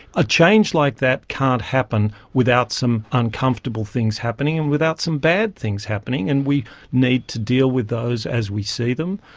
a change like that can't happen without some uncomfortable things happening and without some bad things happening, and we need to deal with those as we see them.